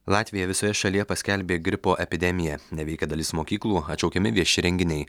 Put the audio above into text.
latvija visoje šalyje paskelbė gripo epidemiją neveikia dalis mokyklų atšaukiami vieši renginiai